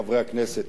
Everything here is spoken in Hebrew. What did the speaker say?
חברי חברי הכנסת,